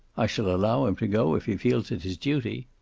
i shall allow him to go, if he feels it his duty.